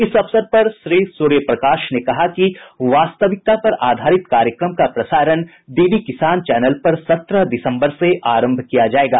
इस अवसर पर श्री सूर्यप्रकाश ने कहा कि वास्तविकता पर आधारित कार्यक्रम का प्रसारण डीडी किसान चैनल पर सत्रह दिसंबर से आरंभ किया जाएगा